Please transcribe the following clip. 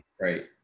Right